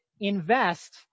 invest